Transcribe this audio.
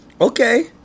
Okay